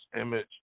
image